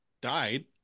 died